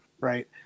right